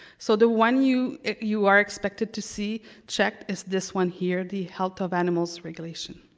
so the one you you are expected to see checked is this one here, the health of animals regulation.